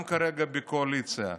גם כרגע, עם הקואליציה.